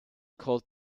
called